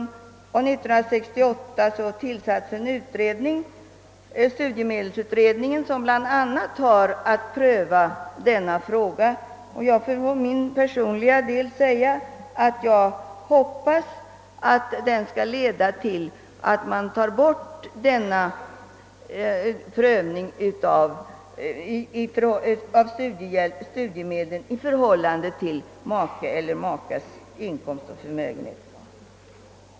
1968 tillsattes en utredning, studiemedelsutredningen, som bl.a. har att pröva denna fråga, och jag vill för min personliga del säga att jag hoppas att den skall leda till att man tar bort denna prövning av studiemedel i förhållande till makes inkomst och förmögenhet.